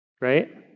right